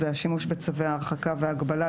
הם: שימוש בצווי ההרחקה וההגבלה,